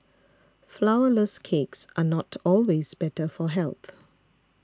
Flourless Cakes are not always better for health